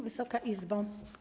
Wysoka Izbo!